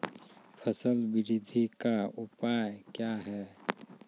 फसल बृद्धि का उपाय क्या हैं?